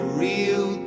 real